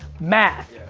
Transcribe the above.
math!